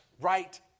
right